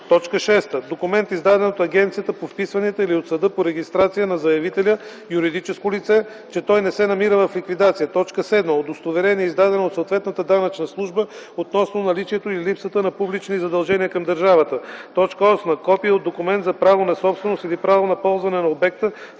6. документ, издаден от Агенцията по вписванията или от съда по регистрация на заявителя - юридическо лице, че той не се намира в ликвидация; 7. удостоверение, издадено от съответната данъчна служба, относно наличието или липсата на публични задължения към държавата; 8. копие от документ за право на собственост или право на ползване на обекта,